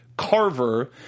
carver